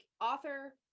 author